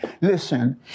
Listen